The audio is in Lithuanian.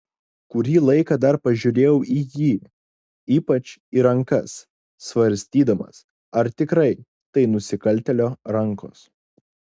kurį laiką dar pažiūrėjau į jį ypač į rankas svarstydamas ar tikrai tai nusikaltėlio rankos